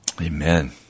Amen